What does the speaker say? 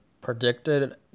predicted